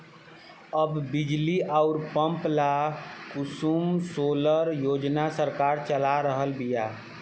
अब बिजली अउर पंप ला कुसुम सोलर योजना सरकार चला रहल बिया